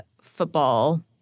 football